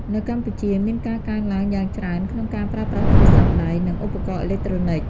នៅកម្ពុជា មានការកើនឡើងយ៉ាងច្រើនក្នុងការប្រើប្រាស់ទូរស័ព្ទដៃ និងឧបករណ៍អេឡិចត្រូនិច។